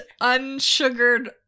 unsugared